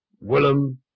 Willem